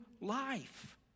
life